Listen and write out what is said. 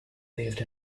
lived